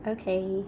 okay